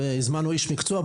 הזמנו איש מקצוע,